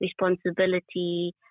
responsibility